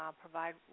provide